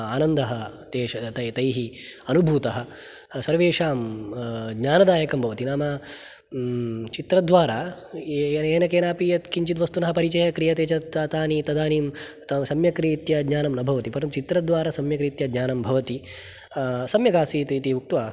आनन्दः तेषु तैः अनुभूतः सर्वेषां ज्ञानदायकं भवति नाम चित्रद्वारा येन केनापि यत्किञ्चिद्वस्तुनः परिचयः क्रियते चेत् तत् तानि तदानीं सम्यक्रीत्या परिचयं न भवति परन्तु चित्रद्वारा सम्यग्रीत्या ज्ञानं भवति सम्यगासीत् इति उक्त्वा